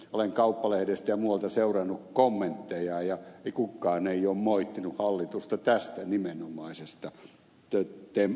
olen kauppalehdestä ja muualta seurannut kommentteja ja kukaan ei ole moittinut hallitusta tästä nimenomaisesta teosta